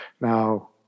Now